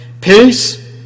Peace